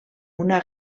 una